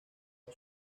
sus